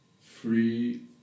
free